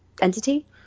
entity